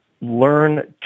learn